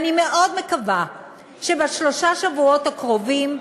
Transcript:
ואני מאוד מקווה שבשלושת השבועות הקרובים,